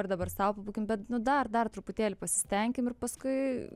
ir dabar sau pabūkim bet nu dar dar truputėlį pasistenkim ir paskui